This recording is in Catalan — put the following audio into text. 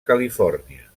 califòrnia